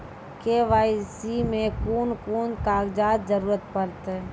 KYC मे कून कून कागजक जरूरत परतै?